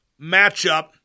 matchup